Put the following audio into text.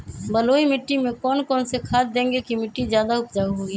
बलुई मिट्टी में कौन कौन से खाद देगें की मिट्टी ज्यादा उपजाऊ होगी?